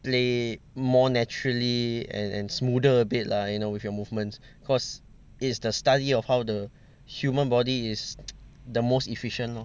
play more naturally and and smoother abit lah you know with your movements cause it's the study of how the human body is the most efficient lor